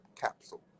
Capsule